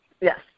Yes